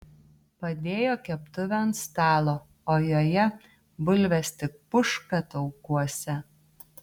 padėjo keptuvę ant stalo o joje bulvės tik puška taukuose